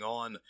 on